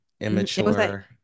Immature